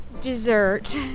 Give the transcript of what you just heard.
dessert